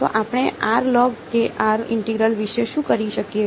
તો આપણે ઇન્ટિગ્રલ વિશે શું કરી શકીએ